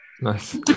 nice